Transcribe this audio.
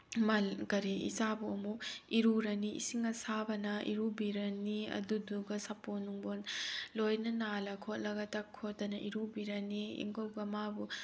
ꯀꯔꯤ ꯏꯆꯥꯕꯨ ꯑꯃꯨꯛ ꯏꯔꯨꯔꯅꯤ ꯏꯁꯤꯡ ꯑꯁꯥꯕꯅ ꯏꯔꯨꯕꯤꯔꯅꯤ ꯑꯗꯨꯗꯨꯒ ꯁꯥꯄꯣꯟ ꯅꯨꯡꯕꯣꯟ ꯂꯣꯏꯅ ꯅꯥꯜꯂ ꯈꯣꯠꯂꯒ ꯇꯛ ꯈꯣꯠꯇꯅ ꯏꯔꯨꯕꯤꯔꯅꯤ ꯑꯗꯨꯒ